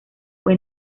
fue